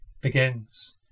begins